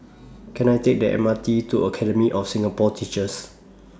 Can I Take The M R T to Academy of Singapore Teachers